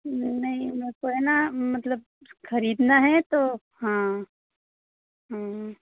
नहीं वह तो है ना मतलब खरीदना है तो हाँ